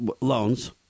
loans